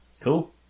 Cool